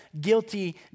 guilty